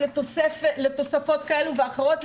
לתוספות כאלה ואחרות,